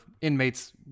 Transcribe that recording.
inmates